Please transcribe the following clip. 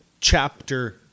Chapter